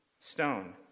stone